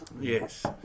Yes